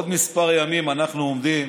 עוד כמה ימים, אנחנו עומדים